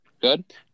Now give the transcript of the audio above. Good